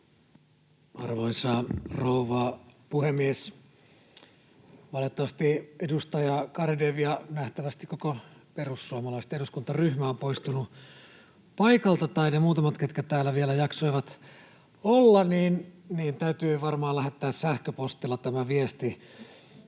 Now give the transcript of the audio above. Arvoisa rouva puhemies! Valitettavasti edustaja Garedew ja nähtävästi koko perussuomalaisten eduskuntaryhmä ovat poistuneet paikalta, tai niille muutamille, ketkä täällä vielä jaksoivat olla, täytyy varmaan lähettää sähköpostilla tämä viesti.